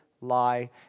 lie